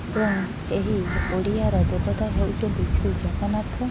ଏବଂ ଏହି ଓଡ଼ିଆର ଦେବତା ହେଉଛନ୍ତି ଶ୍ରୀଜଗନ୍ନାଥ